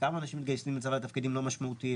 כמה אנשים מתגייסים לצבא לתפקידים לא משמעותיים?